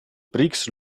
prix